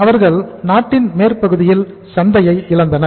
அவர்கள் நாட்டின் மேற்குப்பகுதியில் சந்தையை இழந்தனர்